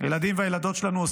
הילדים והילדות שלנו,